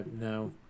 no